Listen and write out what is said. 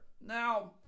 Now